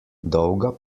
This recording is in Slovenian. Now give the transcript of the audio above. dolga